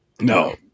No